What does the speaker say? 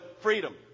freedom